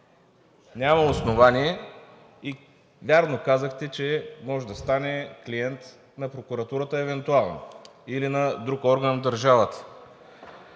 няма основание, и вярно казахте, че може да стане клиент на прокуратурата евентуално или на друг орган в държавата.